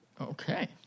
Okay